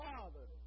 Father